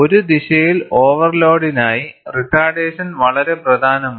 ഒരു ദിശയിൽ ഓവർലോഡിനായി റിട്ടാർഡേഷൻ വളരെ പ്രധാനമാണ്